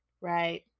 Right